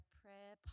prayer